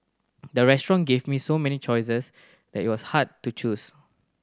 the restaurant gave me so many choices that it was hard to choose